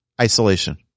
isolation